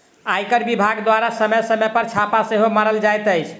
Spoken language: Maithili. आयकर विभाग द्वारा समय समय पर छापा सेहो मारल जाइत अछि